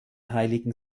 heiligen